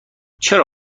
چرا